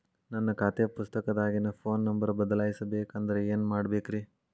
ನನ್ನ ಖಾತೆ ಪುಸ್ತಕದಾಗಿನ ಫೋನ್ ನಂಬರ್ ಬದಲಾಯಿಸ ಬೇಕಂದ್ರ ಏನ್ ಮಾಡ ಬೇಕ್ರಿ?